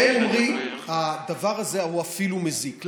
והם אומרים: הדבר הזה הוא אפילו מזיק.